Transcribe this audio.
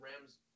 Rams